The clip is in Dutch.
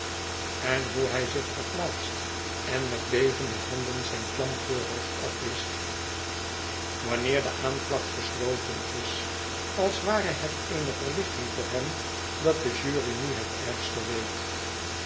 en hoe hij zich verplaatst en met bevende handen zijn klam voorhoofd afwischt wanneer de aanklacht gesloten is als ware het eene verlichting voor hem dat de jury nu het ergste weet